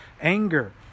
anger